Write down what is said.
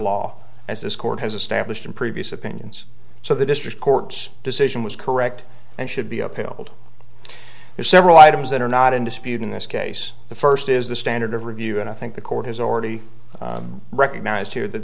law as this court has established in previous opinions so the district court's decision was correct and should be appealed there's several items that are not in dispute in this case the first is the standard of review and i think the court has already recognized here that